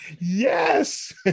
Yes